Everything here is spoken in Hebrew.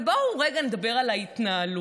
אבל בואו רגע נדבר על ההתנהלות.